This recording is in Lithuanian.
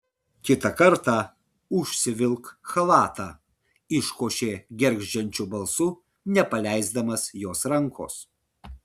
kitą kartą užsivilk chalatą iškošė gergždžiančiu balsu nepaleisdamas jos rankos